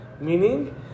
Meaning